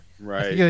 Right